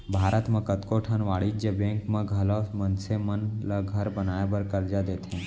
भारत म कतको ठन वाणिज्य बेंक मन घलौ मनसे मन ल घर बनाए बर करजा देथे